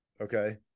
Okay